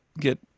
get